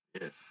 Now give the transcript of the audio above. yes